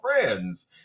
friends